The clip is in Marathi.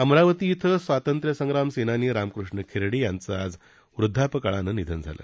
अमरावती िक्व स्वातंत्र्य संग्राम सेनानी रामकृष्ण खेरडे यांचं आज वृद्धापकाळानं दुःखद निधन झालं